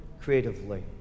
creatively